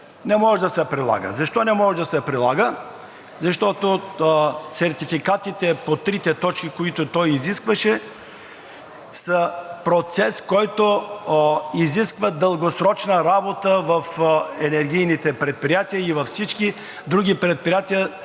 не може да се прилага. Защо не може да се прилага? Защото сертификатите по трите точки, които той изискваше, са процес, който изисква дългосрочна работа в енергийните предприятия и във всички други предприятия,